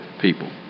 people